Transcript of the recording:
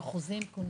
15:30.